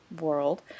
world